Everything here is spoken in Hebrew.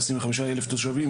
25,000 תושבים,